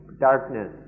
darkness